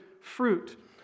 fruit